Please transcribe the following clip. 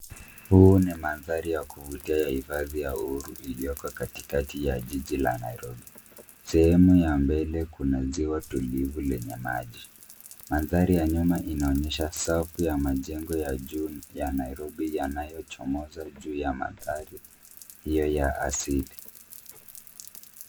Huu ni mandhari ya kuvutia ya hifadhi ya Uhuru iliyoko katikati ya jiji la Nairobi. Sehemu ya mbele kuna ziwa tulivu lenye maji. Mandhari ya nyuma inaonyesha safu ya majengo ya juu ya Nairobi yanayochomoza juu ya mandhari hiyo ya asili.